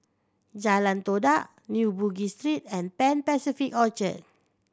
Jalan Todak New Bugis Street and Pan Pacific Orchard